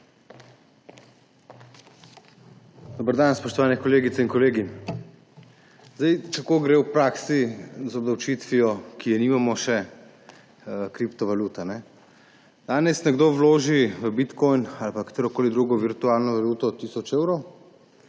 Dober dan, spoštovane kolegice in kolegi! Kako gre v praksi z obdavčitvijo, ki je še nimamo, kriptovalutami? Danes nekdo vloži v bitcoin ali katerokoli drugo virtualno valuto tisoč evrov,